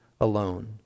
alone